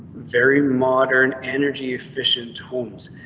very modern energy efficient homes.